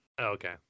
Okay